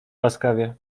łaskawie